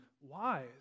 wise